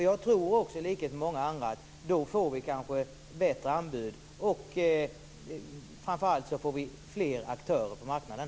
Jag tror nämligen i likhet med många andra att vi då kanske får bättre anbud. Framför allt får vi fler aktörer på marknaden.